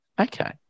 Okay